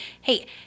hey